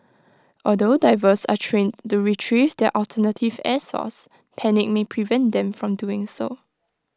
although divers are trained to Retrieve their alternative air source panic may prevent them from doing so